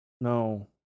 No